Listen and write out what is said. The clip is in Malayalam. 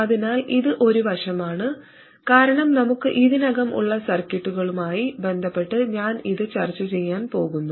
അതിനാൽ ഇത് ഒരു വശമാണ് കാരണം നമുക്ക് ഇതിനകം ഉള്ള സർക്യൂട്ടുകളുമായി ബന്ധപ്പെട്ട് ഞാൻ ഇത് ചർച്ചചെയ്യാൻ പോകുന്നു